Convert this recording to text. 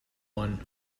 one